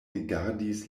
rigardis